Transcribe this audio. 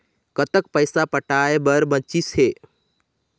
कतक पैसा पटाए बर बचीस हे?